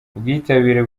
ubwitabire